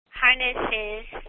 harnesses